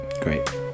Great